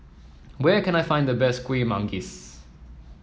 where can I find the best Kueh Manggis